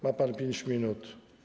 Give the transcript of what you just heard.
Ma pan 5 minut.